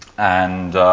and